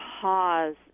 pause